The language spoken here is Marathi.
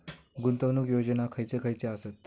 गुंतवणूक योजना खयचे खयचे आसत?